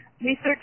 Research